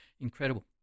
incredible